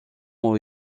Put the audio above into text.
ont